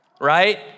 right